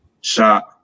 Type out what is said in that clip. Shot